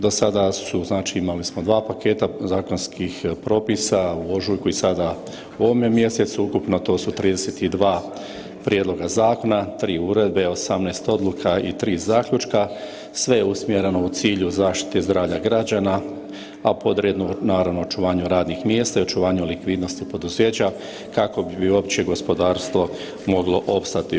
Do sada smo imali dva paketa zakonskih propisa u ožujuku i sada u ovome mjesecu, ukupno to su 32 prijedloga zakona, 3 uredbe, 18 odluka i 3 zaključka sve je usmjereno u cilju zaštite zdravlja građana, a podredno naravno očuvanju radnih mjesta i očuvanju likvidnosti poduzeća kako bi uopće gospodarstvo moglo opstati.